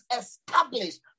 established